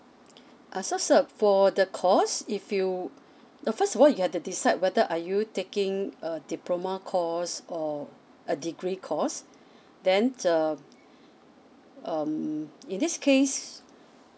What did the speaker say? uh so sir for the course if feel the first one you get the decide whether are you taking a diploma course or a degree course then the um in this case